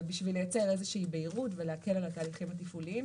בשביל לייצר בהירות ולהקל על התהליכים התפעוליים